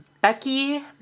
Becky